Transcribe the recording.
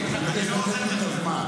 זה לא גזע.